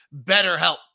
BetterHelp